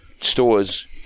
stores